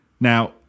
Now